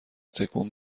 تکون